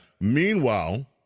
Meanwhile